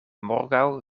morgaŭ